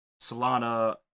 solana